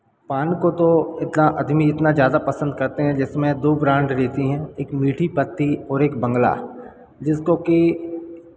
पान को तो इतना अदमी इतना ज़्यादा पसंद करते हैं जिसमें दो ब्रांड रहती हैं एक मीठी पत्ती और एक बंग्ला जिसको कि